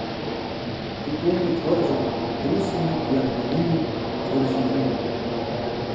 su ponu džordžu josime prie akmeninių karžygių